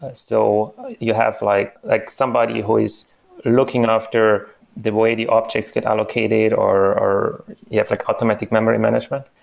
ah so you have like like somebody who is looking after the way the objects get allocated or you have like automatic memory management.